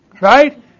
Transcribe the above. Right